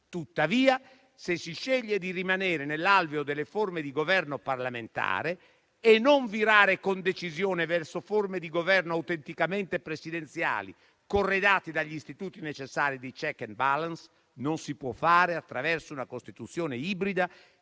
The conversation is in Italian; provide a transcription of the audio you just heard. Tuttavia, se si sceglie di rimanere nell'alveo delle forme di governo parlamentare e non virare con decisione verso forme di governo autenticamente presidenziale, corredate dagli istituti necessari di *check and balance*, non si può fare attraverso una Costituzione ibrida,